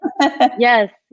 Yes